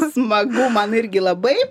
smagu man irgi labai